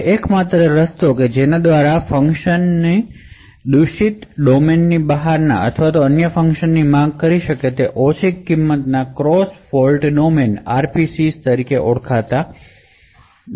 હવે એકમાત્ર રસ્તો જેના દ્વારા ફંક્શન ફોલ્ટ ડોમેનની બહારના અન્ય ફંક્શન ને કોલ કરી શકે છે તે low cost cross fault domain RPC તરીકે ઓળખાતી તકનીત છે